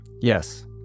Yes